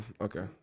Okay